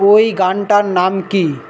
ওই গানটার নাম কী